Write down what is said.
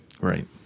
right